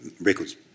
records